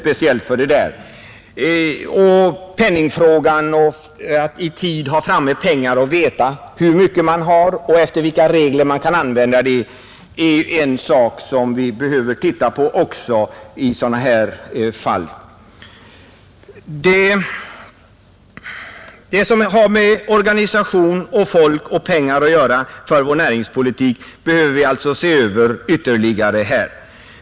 Penningfrågan, att i tid ha pengar framme, att veta hur mycket man har och efter vilka regler man kan använda dem, är en sak som vi också behöver titta på för sådana här fall i framtiden. Ännu har vi inget MITI. Vi behöver se över vår näringspolitik.